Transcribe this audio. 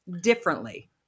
differently